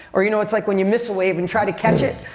or, you know, it's like when you miss a wave and try to catch it?